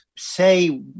say